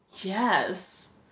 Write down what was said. Yes